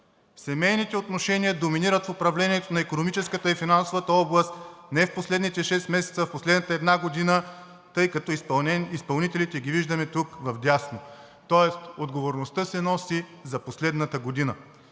Семейните отношения доминират в управлението на икономическата и финансовата област не в последните шест месеца, а в последната една година, тъй като виждаме изпълнителите тук, вдясно. Тоест отговорността се носи за последната година.